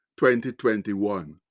2021